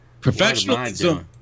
Professional